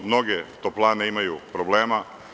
Mnoge toplane imaju problema.